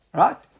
right